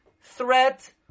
threat